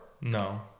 No